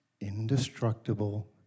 indestructible